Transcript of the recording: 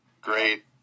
Great